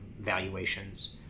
valuations